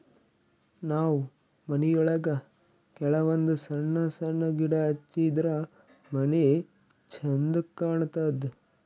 ನಾವ್ ಮನಿಯೊಳಗ ಕೆಲವಂದ್ ಸಣ್ಣ ಸಣ್ಣ ಗಿಡ ಹಚ್ಚಿದ್ರ ಮನಿ ಛಂದ್ ಕಾಣತದ್